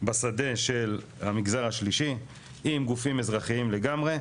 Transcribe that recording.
בשדה של המגזר השלישי, עם גופים אזרחיים לגמרי.